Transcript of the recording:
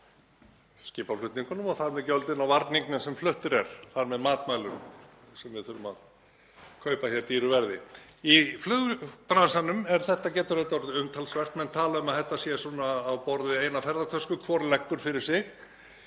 skipaflutningum og þar með gjöldin á varningnum sem fluttur er, þar með matvælum sem við þurfum að kaupa dýru verði. Í flugbransanum getur þetta orðið umtalsvert. Menn tala um að þetta sé á borð við eina ferðatösku, hvor leggur fyrir sig.